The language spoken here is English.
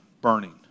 burning